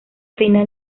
final